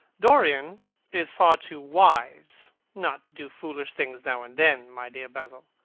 dorian is far too wise not to do foolish things now and then, my dear basil.